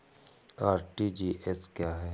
RTGS क्या है?